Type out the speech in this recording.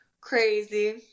Crazy